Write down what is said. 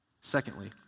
Secondly